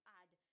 add